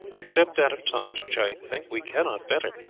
except that of tom's, which i think we cannot better.